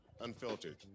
Unfiltered